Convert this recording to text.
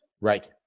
Right